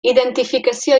identificació